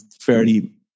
fairly